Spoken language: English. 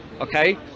Okay